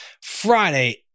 Friday